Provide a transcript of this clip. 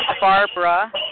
Barbara